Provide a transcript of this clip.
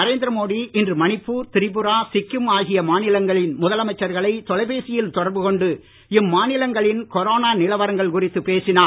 நரேந்திர மோடி இன்று மணிப்பூர் திரிபுரா சிக்கிம் ஆகிய மாநிலங்களின் முதலமைச்சர்களை தொலைபேசியில் தொடர்பு கொண்டு இம்மாநிலங்களின் கொரோனா நிலவரங்கள் குறித்துப் பேசினார்